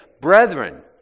Brethren